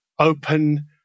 open